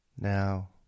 now